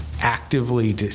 actively